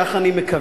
כך אני מקווה,